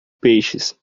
peixes